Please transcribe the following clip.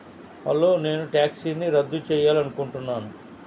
hello నేను టాక్సీని రద్దు చెయ్యాలని అనుకుంటున్నాను